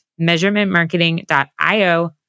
measurementmarketing.io